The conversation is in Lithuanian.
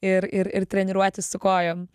ir ir ir treniruotis su kojom